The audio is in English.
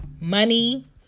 Money